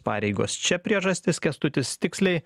pareigos čia priežastis kęstutis tiksliai